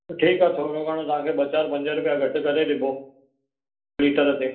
ठीकु आहे थोरो घणो तव्हांखे ॿ चारि पंज रुपिया घटि करे ॾिबो लीटर ते